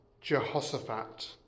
Jehoshaphat